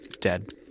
dead